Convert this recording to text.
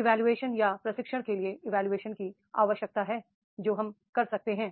evolution या प्रशिक्षण के लिए इवोल्यूशन की आवश्यकता है जो हम कर सकते हैं